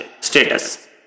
status